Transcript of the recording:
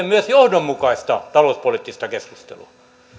myös johdonmukaista talouspoliittista keskustelua